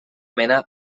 mena